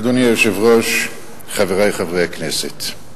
אדוני היושב-ראש, חברי חברי הכנסת,